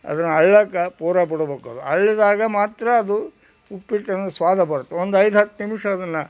ಅದನ್ನು ಅರ್ಳಾಕೆ ಪೂರ ಬಿಡಬೇಕು ಅದು ಅರಳಿದಾಗ ಮಾತ್ರ ಅದು ಉಪ್ಪಿಟ್ಟಿನ ಸ್ವಾದ ಬರ್ತದೆ ಒಂದು ಐದು ಹತ್ತು ನಿಮಿಷ ಅದನ್ನು